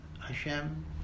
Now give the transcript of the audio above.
Hashem